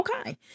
Okay